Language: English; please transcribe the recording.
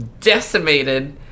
decimated